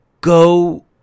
Go